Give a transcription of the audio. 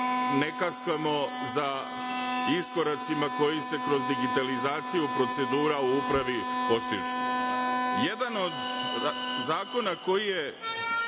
ne kaskamo za iskoracima koji se kroz digitalizaciju procedura u upravi postižu. Jedan od zakona koji je